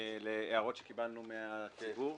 להערות שקיבלנו מהציבור.